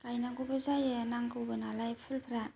गायनांगौबो जायो नांगौबो नालाय फुलफ्रा